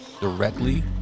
directly